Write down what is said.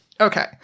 okay